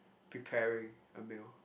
preparing a meal